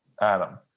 Adam